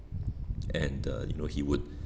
and the you know he would